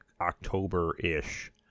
October-ish